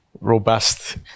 robust